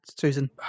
Susan